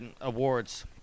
awards